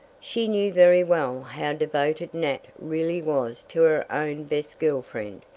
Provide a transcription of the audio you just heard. she knew very well how devoted nat really was to her own best girl friend,